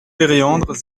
péréandre